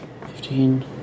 fifteen